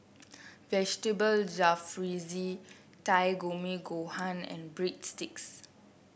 Vegetable Jalfrezi Takikomi Gohan and Breadsticks